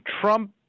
trump